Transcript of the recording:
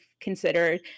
considered